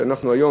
שאנחנו היום,